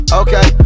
okay